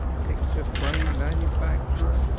picture-frame manufacturer,